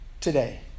today